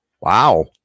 wow